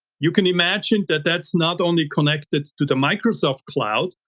you can imagine that that's not only connected to the microsoft cloud,